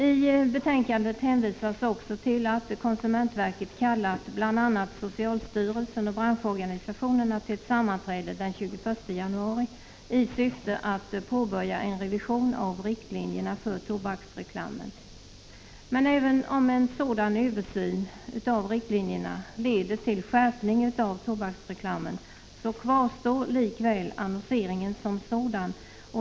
I betänkandet refereras också till att konsumentverket kallat bl.a. socialstyrelsen och branschorganisationerna till ett sammanträde den 21 januari i syfte att påbörja en revision av riktlinjerna för tobaksreklamen. Även om en sådan översyn av riktlinjerna leder till skärpning av tobaksreklamen, kvarstår likväl annonseringen som sådan.